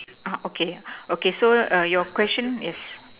ah okay okay so err your question is